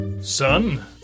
Son